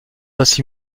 être